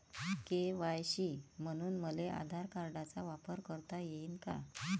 KYC म्हनून मले आधार कार्डाचा वापर करता येईन का?